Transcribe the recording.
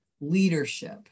leadership